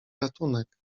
ratunek